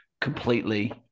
completely